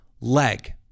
leg